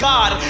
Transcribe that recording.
God